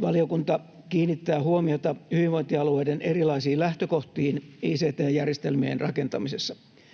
Valiokunta kiinnittää huomiota hyvinvointialueiden erilaisiin lähtökohtiin ict-järjestelmien rakentamisessa.